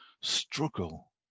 struggle